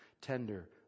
tender